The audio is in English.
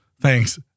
thanks